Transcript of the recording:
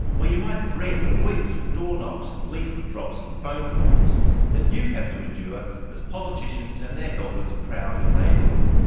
or you might dread the weeks of doorknocks and leaflet drops and phone calls that you have to endure as politicians and their helpers prowl your neighbourhood.